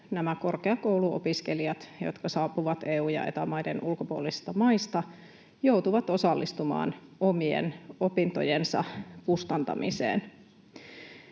korkeakouluopiskelijat, jotka saapuvat EU- ja Eta-maiden ulkopuolisista maista, joutuvat osallistumaan omien opintojensa kustantamiseen.